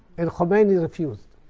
and khomeini refused.